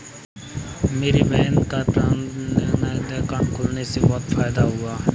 मेरी बहन का प्रधानमंत्री जनधन योजना के तहत अकाउंट खुलने से बहुत फायदा हुआ है